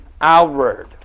Outward